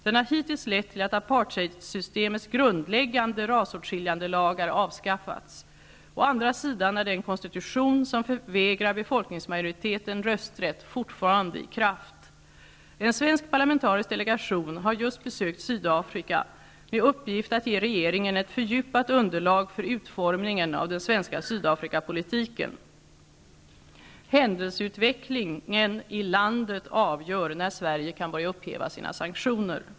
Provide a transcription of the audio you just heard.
Den har hittills lett till att apartheidsystemets grundläggande rasåtskiljande lagar avskaffats. Å andra sidan är den konstitution som förvägrar befolkningsmajoriteten rösträtt fortfarande i kraft. En svensk parlamentarisk delegation har just besökt Sydafrika med uppgift att ge regeringen ett fördjupat underlag för utformningen av den svenska Sydafrikapolitiken. Händelseutvecklingen i landet avgör när Sverige kan börja upphäva sina sanktioner.